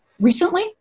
recently